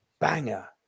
banger